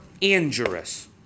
injurious